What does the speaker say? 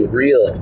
real